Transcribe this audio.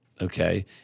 okay